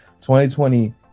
2020